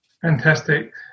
Fantastic